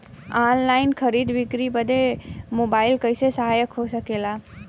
Online खरीद बिक्री बदे मोबाइल कइसे सहायक हो सकेला?